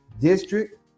district